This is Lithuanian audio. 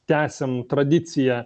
tęsiam tradiciją